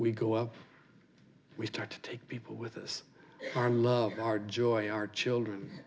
we go up we start to take people with us our love our joy our children